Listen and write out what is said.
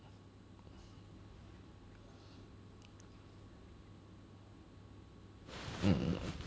mm